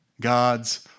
God's